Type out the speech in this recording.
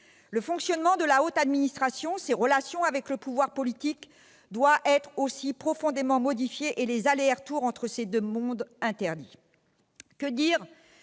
Le fonctionnement de la haute administration et ses relations avec le pouvoir politique doivent aussi être profondément modifiés, et les allers et retours entre ces deux mondes interdits. Que dire